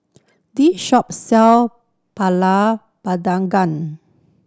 this shop sell pulut